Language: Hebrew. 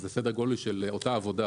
זה סדר גודל של אותה עבודה.